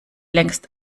längst